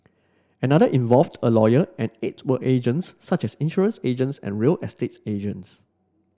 another involved a lawyer and eight were agents such as insurance agents and real estate agents